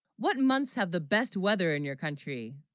what months have the best weather in your country